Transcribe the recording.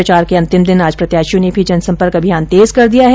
प्रचार के अंतिम दिन आज प्रत्याशियों ने भी जनसंपर्क अभियान तेज कर दिया है